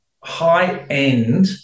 high-end